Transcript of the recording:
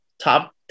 top